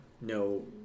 No